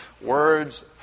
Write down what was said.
words